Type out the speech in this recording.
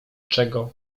czego